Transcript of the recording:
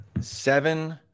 seven